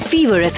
Fever